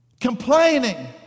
Complaining